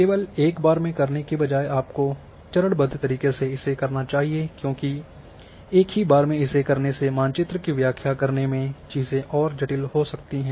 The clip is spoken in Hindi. केवल एक बार में करने के बजाय आपको चरणबद्ध तरीक़े से इसे करना चाहिए क्योंकि एक ही बार में इसे करने से मानचित्र की व्याख्या करने में चीजें और जटिल हो सकती हैं